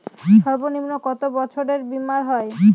সর্বনিম্ন কত বছরের বীমার হয়?